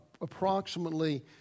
approximately